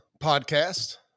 podcast